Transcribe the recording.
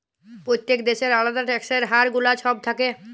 প্যত্তেক দ্যাশের আলেদা ট্যাক্সের হার গুলা ছব থ্যাকে